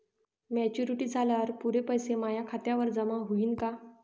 Maturity झाल्यावर पुरे पैसे माया खात्यावर जमा होईन का?